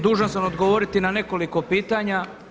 Dužan sam odgovoriti na nekoliko pitanja.